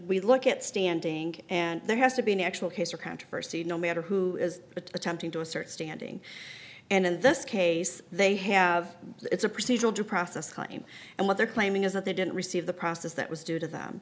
look at standing and there has to be an actual case or controversy no matter who is attempting to assert standing and in this case they have it's a procedural due process and what they're claiming is that they didn't receive the process that was due to them